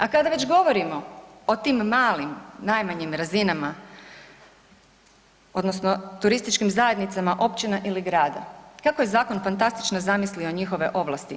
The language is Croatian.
A kada već govorimo o tim malim najmanjim razinama odnosno turističkim zajednicama općina ili grada, kako je zakon fantastično zamislio njihove ovlasti.